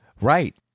Right